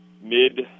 mid